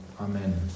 amen